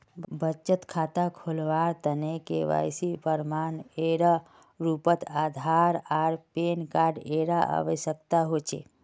बचत खता खोलावार तने के.वाइ.सी प्रमाण एर रूपोत आधार आर पैन कार्ड एर आवश्यकता होचे